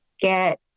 get